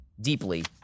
deeply